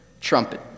trumpet